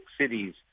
cities